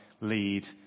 lead